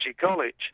College